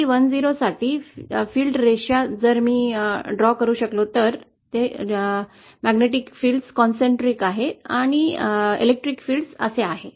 TE 10 साठी field रेषा जर मी त्या रेखाटू शकलो तर चुंबकीय क्षेत्र अशा प्रकारे केंद्रित आहे आणि विद्युत क्षेत्र असे आहे